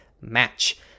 match